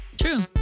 True